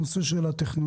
הנושא של הטכנולוגיה.